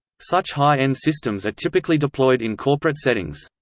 such high-end systems are typically deployed in corporate settings.